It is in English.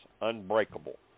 unbreakable